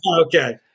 okay